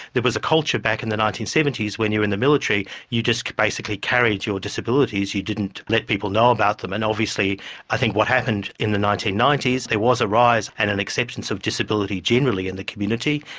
there was a culture back in the nineteen seventy s when you were in the military, you just basically carried your disabilities, you didn't let people know about them. and obviously i think what happened in the nineteen ninety s, there was a rise and an acceptance of disability generally in the community,